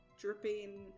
dripping